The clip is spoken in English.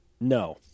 No